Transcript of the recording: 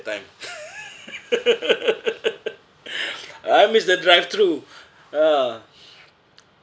time uh I miss the drive through ah